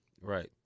right